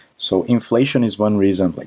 so inflation is one reason. like